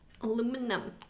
Aluminum